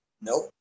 Nope